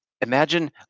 Imagine